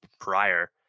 prior